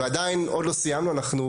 ויכוח אפילו מטומטם,